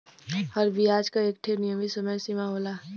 हर बियाज क एक ठे नियमित समय सीमा होला